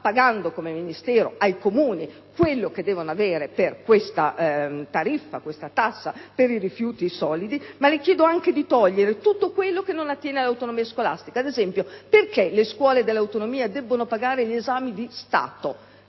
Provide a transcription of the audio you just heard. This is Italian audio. pagando come Ministero ai Comuni ciò che devono avere per questa tariffa, questa tassa per i rifiuti solidi, ma anche di eliminare tutto ciò che non attiene alle autonomie scolastiche. Ad esempio, perché le scuole dell'autonomia debbono pagare i docenti